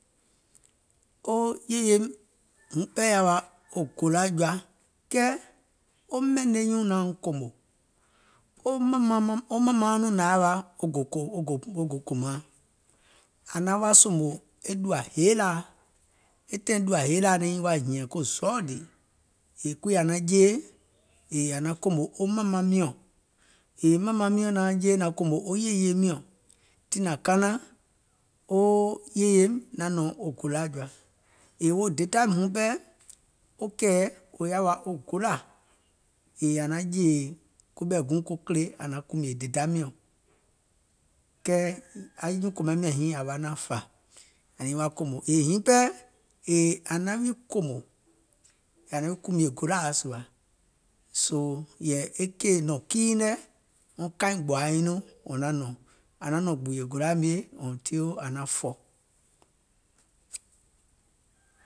Wo yèyeim wuŋ pɛɛ yaȧ wa wo gòlȧ jɔa, kɛɛ wo mɛ̀ne nyuuŋ nauŋ kòmò, wo mȧmauŋ nɔɔ̀ŋ nȧŋ yaȧ wa wo gòkòmàaŋ, ȧŋ naŋ wa sòmò e ɗùȧ heelȧa, e tàìŋ ɗùȧ heelȧa ȧŋ naŋ nyiŋ wa hìɛ̀ŋ ko zɔɔdìì, yèè kuii ȧŋ naŋ jeè yèè aŋ naŋ kòmò mȧmaŋ miɔ̀ŋ, yèè mȧmaŋ miɔ̀ŋ naaŋ jeè naŋ kòmò yèye miɔ̀ŋ, tiŋ nàŋ kanaŋ wo yèyeim naŋ nɔ̀ŋ wo golȧ jɔa, yèè wo dèdaim wuŋ pɛɛ, wo kɛ̀ɛ̀ yaȧ wa wo golȧ, yèè ȧŋ naŋ jèè koɓɛ̀ guùŋ ko kìlè ȧŋ naŋ kùmìè dèda miɔ̀ŋ, anyuùŋ kòmaiŋ nyiŋ ȧŋ wa naȧŋ fȧ, yèè hiiŋ pɛɛ ȧŋ naŋ wi kòmò, ȧŋ naŋ wi kùmìè golȧa sùȧ, soo yɛ̀ì e kìì nɔ̀ŋ kiiŋ nɛ̀, wɔŋ kaìŋ wɔ̀ŋ naŋ nɔ̀ŋ, àŋ naŋ nɔ̀ɔ̀ŋ gbùùyè golȧ mie until ȧŋ naŋ fɔ̀.